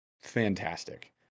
fantastic